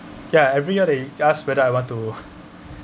yeah every year they ask whether I want to